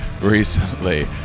recently